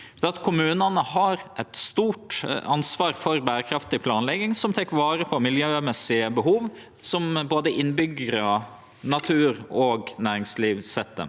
Kommunane har eit stort ansvar for berekraftig planlegging som tek vare på miljømessige behov for både innbyggjarar, natur og næringsliv.